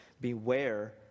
beware